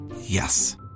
Yes